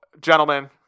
gentlemen